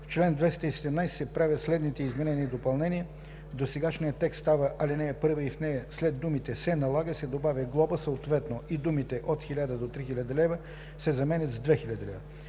В чл. 217 се правят следните изменения и допълнения: 1. Досегашният текст става ал. 1 и в нея след думите „се налага“ се добавя „глоба, съответно“ и думите „от 1000 до 3000 лв.“ се заменят с „2000 лв.“